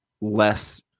less